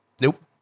nope